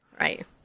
Right